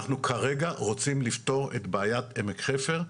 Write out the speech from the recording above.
אנחנו כרגע רוצים לפתור את בעיית עמק חפר.